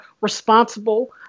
responsible